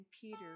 Peter